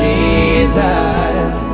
Jesus